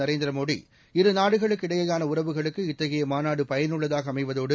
நரேந்திர மோடி இருநாடுகளுக்கு இடையயோன உறவுகளுக்கு இத்தகைய மாநாடு பயனுள்ளதாக அமைவதோடு